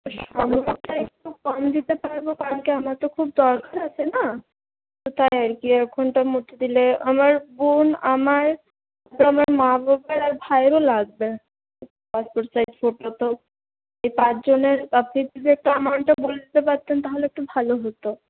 সময়টা একটু কম দিতে পারবো কারণ কি আমার তো খুব দরকার আছে না সেটাই আর কি এক ঘন্টার মধ্যে দিলে আমার বোন আমার আমার মা বাবার আর ভাইয়েরও লাগবে পাসপোর্ট সাইজ ফটো তো তার জেন্য আপনি যদি একটু আমার এটা বলতে পারতেন তাহলে একটু ভালো হতো